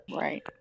Right